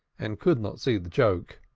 and could not see the joke.